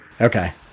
Okay